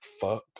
fuck